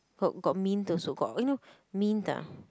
got got mint also got you know mint ah